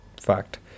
fact